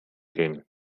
gehen